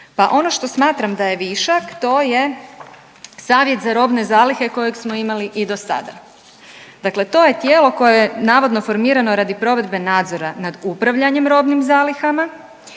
pa ono što smatram da je višak, to je Savjet za robne zalihe kojeg smo imali i do sada. Dakle to je tijelo koje je navodno formirano radi provedbe nadzora nad upravljanjem robnim zalihama,